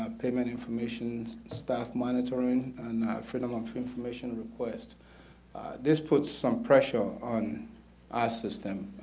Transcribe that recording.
ah payment information, staff monitoring and freedom of information request this puts some pressure on our system,